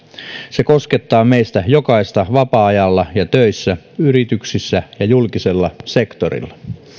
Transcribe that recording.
se koskettaa meistä jokaista vapaa ajalla ja töissä yrityksissä ja julkisella sektorilla